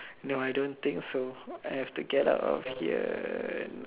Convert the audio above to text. no I don't think so I have to get out of here now